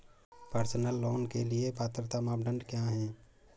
Personal loan के लिए पात्रता मानदंड क्या हैं?